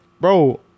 bro